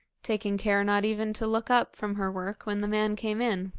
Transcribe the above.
taking care not even to look up from her work when the man came in.